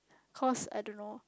cost I don't know